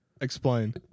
Explain